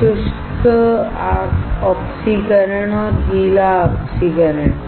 शुष्क ऑक्सीकरण और गीला ऑक्सीकरण